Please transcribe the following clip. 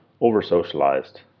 over-socialized